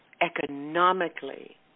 economically